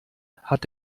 hat